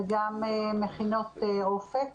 וגם מכינות "אופק".